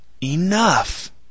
Enough